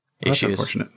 issues